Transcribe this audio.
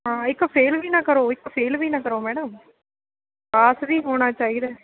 ਹਾਂ ਇੱਕ ਫੇਲ ਵੀ ਨਾ ਕਰੋ ਇੱਕ ਫੇਲ ਵੀ ਨਾ ਕਰੋ ਮੈਡਮ ਪਾਸ ਵੀ ਹੋਣਾ ਚਾਹੀਦਾ